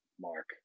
Mark